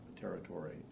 territory